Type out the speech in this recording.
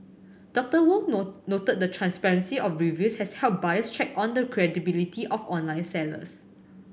Dr Wong no noted the transparency of reviews has helped buyers check on the credibility of online sellers